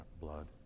blood